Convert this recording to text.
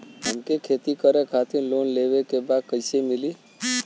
हमके खेती करे खातिर लोन लेवे के बा कइसे मिली?